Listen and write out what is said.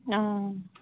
অঁ